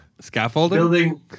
Scaffolding